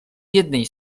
jednej